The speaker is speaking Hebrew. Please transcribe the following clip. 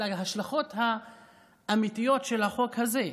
אלא ההשלכות האמיתיות של החוק הזה.